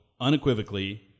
unequivocally